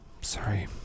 sorry